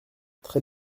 très